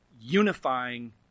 unifying